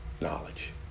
Knowledge